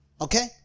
Okay